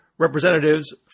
representatives